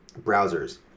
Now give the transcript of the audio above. browsers